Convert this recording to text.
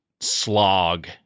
slog